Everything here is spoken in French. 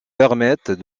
permettent